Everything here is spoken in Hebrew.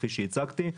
כפי שהצגתי,